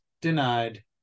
denied